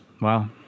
wow